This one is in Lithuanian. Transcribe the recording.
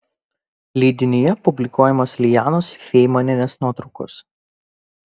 leidinyje publikuojamos lijanos feimanienės nuotraukos